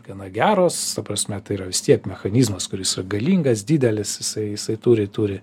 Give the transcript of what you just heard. gana geros ta prasme tai yra vis tiek mechanizmas kuris yra galingas didelis jisai jisai turi turi